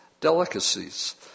delicacies